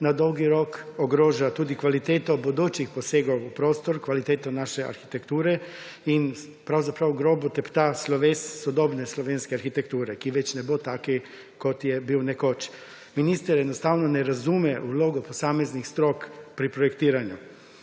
na dolgi rok ogroža tudi kvaliteto bodočih posegov v prostor, kvaliteto naše arhitekture. In pravzaprav grobo tepta sloves sodobne slovenske arhitekture, ki več ne bo tak kot je bil nekoč. Minister enostavno ne razume vloge posameznih strok pri projektiranju.